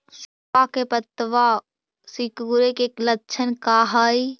सगवा के पत्तवा सिकुड़े के लक्षण का हाई?